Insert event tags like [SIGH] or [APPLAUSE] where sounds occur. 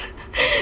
[LAUGHS]